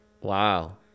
Wow